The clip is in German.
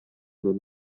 noch